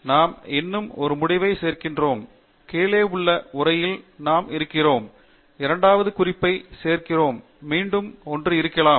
எனவே நாம் இன்னும் ஒரு முடிவை சேர்க்கிறோம் கீழே உள்ள உரையில் நாம் இருக்கிறோம் இரண்டாவது குறிப்பைச் சேர்க்கிறோம் மீண்டும் ஒன்று இருக்கலாம்